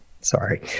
Sorry